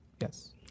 Yes